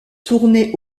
tournée